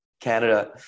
Canada